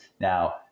now